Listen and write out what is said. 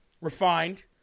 refined